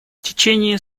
течение